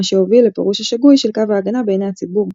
מה שהוביל לפירוש השגוי של קו ההגנה בעיני הציבור,